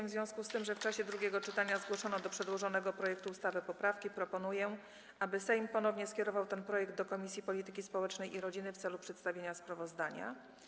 W związku z tym, że w czasie drugiego czytania zgłoszono do przedłożonego projektu ustawy poprawki, proponuję, aby Sejm ponownie skierował ten projekt do Komisji Polityki Społecznej i Rodziny w celu przedstawienia sprawozdania.